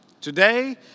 Today